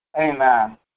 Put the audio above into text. Amen